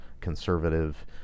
conservative